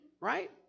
Right